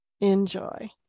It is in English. Enjoy